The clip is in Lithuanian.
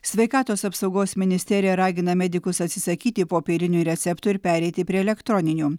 sveikatos apsaugos ministerija ragina medikus atsisakyti popierinių receptų ir pereiti prie elektroninių